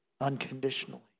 unconditionally